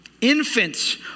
infants